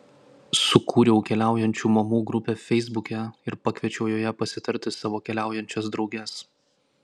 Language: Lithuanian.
sukūriau keliaujančių mamų grupę feisbuke ir pakviečiau joje pasitarti savo keliaujančias drauges